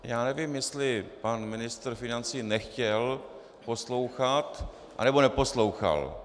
Já nevím, jestli pan ministr financí nechtěl poslouchat, anebo neposlouchal.